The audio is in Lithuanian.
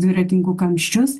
dviratininkų kamščius